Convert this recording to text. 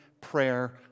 prayer